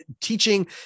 teaching